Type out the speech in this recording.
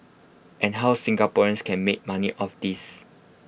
and how Singaporeans can make money off this